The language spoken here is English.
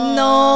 no